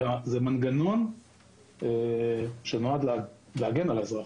זה מנגנון שנועד להגן על האזרח.